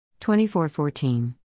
24-14